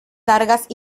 largas